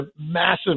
massive